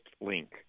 link